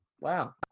wow